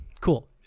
cool